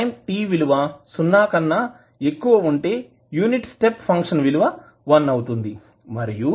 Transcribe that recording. time t విలువ సున్నా కన్నా ఎక్కువ ఉంటే యూనిట్ స్టెప్ ఫంక్షన్ విలువ 1 అవుతుంది మరియు